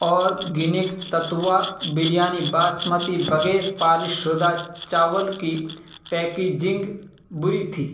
organic تتوہ بریانی باسمتی بغیر polish شدہ چاول کی پیکیجنگ بری تھی